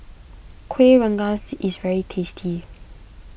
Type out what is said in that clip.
Kueh Rengas is very tasty